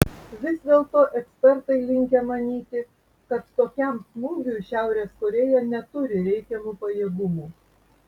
vis dėlto ekspertai linkę manyti kad tokiam smūgiui šiaurės korėja neturi reikiamų pajėgumų